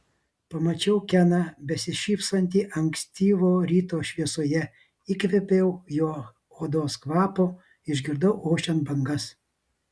pamačiau keną besišypsantį ankstyvo ryto šviesoje įkvėpiau jo odos kvapo išgirdau ošiant bangas